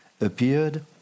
appeared